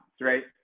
right